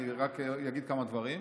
רק אומר כמה דברים,